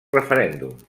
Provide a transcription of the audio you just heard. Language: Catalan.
referèndum